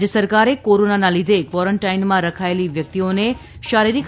રાજ્ય સરકારે કોરોનાના લીધે કવોરન્ટાઇનમાં રખાયેલી વ્યક્તિઓને શારીરિક